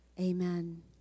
Amen